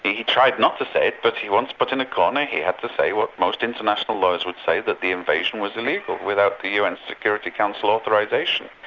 he tried not to say it, but he, once put in a corner, he had to say what most international lawyers would say that the invasion was illegal without the un security council authorisation.